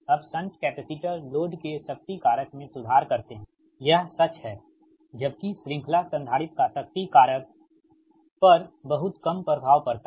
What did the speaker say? अब shunt capacitor load के शक्ति कारक में सुधार करते हैं यह सच है जबकि श्रृंखला संधारित्र का शक्ति कारक पर बहुत कम प्रभाव पड़ता है